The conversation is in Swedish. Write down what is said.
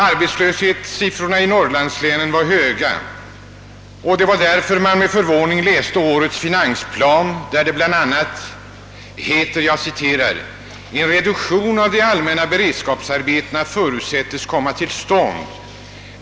Arbetslöshetssiffrorna i norrlandslänen var höga. Därför läste man med förvåning årets finansplan, där det bl.a. heter att »en reduktion av de allmänna beredskapsarbetena förutsättes komma till stånd.